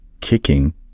kicking